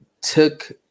took